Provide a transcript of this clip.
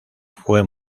fue